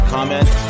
comment